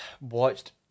watched